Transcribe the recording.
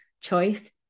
choice